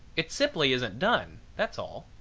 it simply isn't done, that's all.